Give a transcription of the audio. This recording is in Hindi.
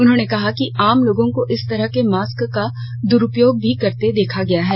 उन्होंने कहा है कि आम लोगों को इस तरह के मास्क का दुरूपयोग करते भी देखा गया है